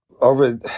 over